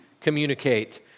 communicate